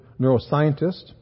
neuroscientist